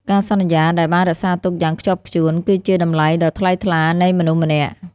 ការសន្យាដែលបានរក្សាទុកយ៉ាងខ្ជាប់ខ្ជួន គឺជាតម្លៃដ៏ថ្លៃថ្លានៃមនុស្សម្នាក់។